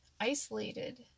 isolated